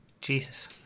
Jesus